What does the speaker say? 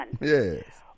Yes